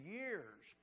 years